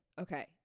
Okay